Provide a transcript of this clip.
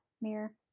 Mirror